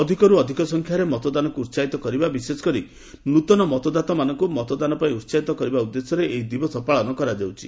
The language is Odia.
ଅଧିକରୁ ଅଧିକ ସଂଖ୍ୟାରେ ମତଦାନକୁ ଉତ୍କାହିତ କରିବା ବିଶେଷକରି ନୂତନ ମତଦାତାମାନଙ୍କୁ ମତଦାନ ପାଇଁ ଉତ୍ସାହିତ କରିବା ଉଦ୍ଦେଶ୍ୟରେ ଏହି ଦିବସ ପାଳନ କରାଯାଉଛି